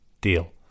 deal